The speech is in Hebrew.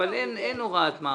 אין הוראת מעבר.